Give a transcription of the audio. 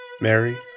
Mary